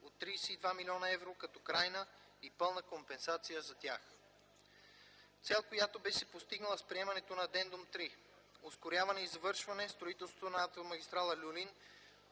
от 32 млн. евро като крайна и пълна компенсация за тях. Цел, която би се постигнала с приемането на Адендум 3: - ускоряване и завършване строителството на автомагистрала „Люлин”